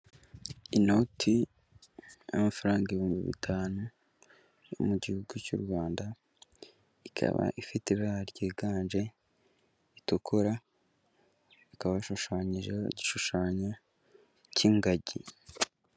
Inoti y'amafaranga ibihumbi bitanu yo mu gihugu cy'u Rwanda, ikaba ifite ibara ryiganje ritukura, ikaba ishushanyijeho igishushanyo cy'ingagi.